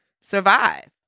survive